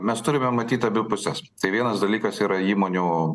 mes turime matyt abi puses tik vienas dalykas yra įmonių